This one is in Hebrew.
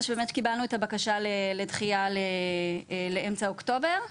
זה שבאמת קיבלנו את הבקשה לדחייה לאמצע אוקטובר,